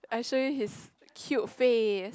I show you his cute face